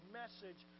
message